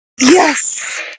Yes